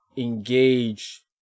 Engage